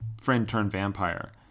friend-turned-vampire